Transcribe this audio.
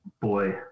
boy